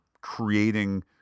creating